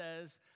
says